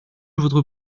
votre